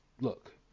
look